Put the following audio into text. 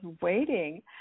waiting